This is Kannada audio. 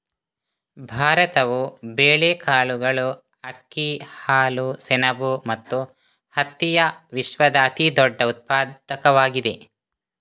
ಭಾರತವು ಬೇಳೆಕಾಳುಗಳು, ಅಕ್ಕಿ, ಹಾಲು, ಸೆಣಬು ಮತ್ತು ಹತ್ತಿಯ ವಿಶ್ವದ ಅತಿದೊಡ್ಡ ಉತ್ಪಾದಕವಾಗಿದೆ